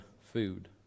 food